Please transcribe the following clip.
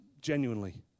genuinely